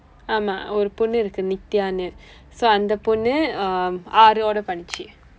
ஆமா ஒரு பொண்ணு இருக்கு:aama oru ponnu irukku nitiya so அந்த பொண்ணு:andtha ponnu um ஆறு:aaru order பண்ணிச்சு:pannichsu